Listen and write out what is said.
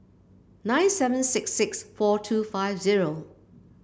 nine seven six six four two five zero